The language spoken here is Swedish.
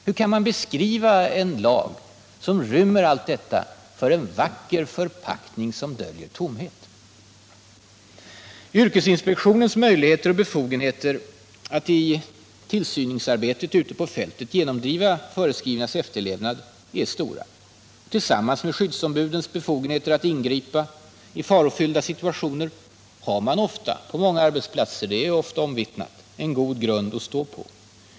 Hur kan man beskriva en lag som rymmer allt detta som tomhet? Yrkesinspektionens möjligheter och befogenheter att i tillsyningsarbetet ute på fältet genomdriva föreskrifternas efterlevnad är stora. Tillsammans med skyddsombudens befogenheter att ingripa i farofyllda situationer har man därmed på många arbetsplatser — det är ofta omvittnat — en god grund att stå på.